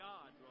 God